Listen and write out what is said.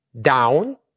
down